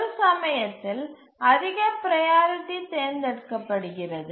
ஒரு சமயத்தில் அதிக ப்ரையாரிட்டி தேர்ந்தெடுக்கப்படுகிறது